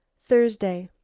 thursday.